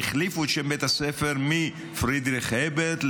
והחליפו את שם בית הספר מפרידריך אברט,